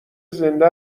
زنده